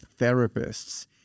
therapists